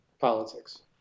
politics